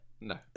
No